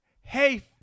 hey